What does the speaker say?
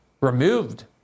removed